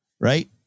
right